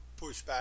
pushback